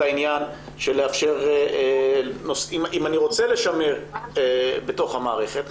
אם אני רוצה לשמר בתוך המערכת,